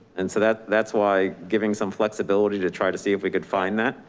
and so that, that's why giving some flexibility to try to see if we could find that.